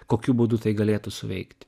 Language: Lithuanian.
kokiu būdu tai galėtų suveikti